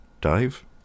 Dave